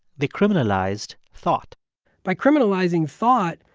they criminalized thought by criminalizing thought,